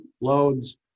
loads